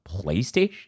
PlayStation